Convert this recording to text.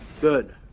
Good